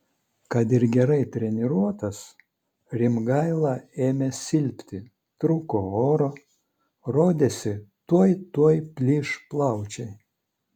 kad ir gerai treniruotas rimgaila ėmė silpti trūko oro rodėsi tuoj tuoj plyš plaučiai